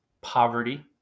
poverty